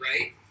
right